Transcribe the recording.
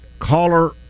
caller